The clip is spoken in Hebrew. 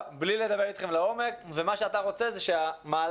בלי לדבר אתכם לעומק ואתה רוצה שהמהלך